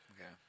Okay